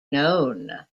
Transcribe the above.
known